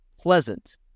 pleasant